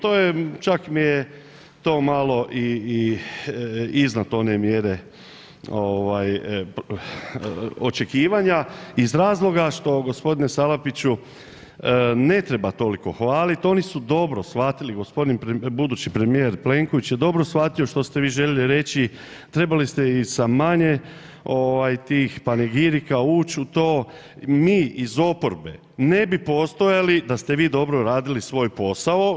To je, čak mi je to malo i iznad one mjere ovaj, očekivanja iz razloga što g. Salapiću ne treba toliko hvaliti, oni su dobro shvatili, g. budući premijer Plenković je dobro shvatio što ste vi željeli reći, trebali ste i sa manje tih panegirika ući u to, mi iz oporbe ne bi postojali da ste vi dobro radili svoj posao.